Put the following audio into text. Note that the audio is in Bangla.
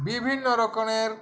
বিভিন্ন রকমের